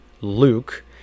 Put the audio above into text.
luke